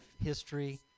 history